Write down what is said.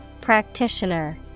Practitioner